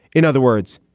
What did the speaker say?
in other words,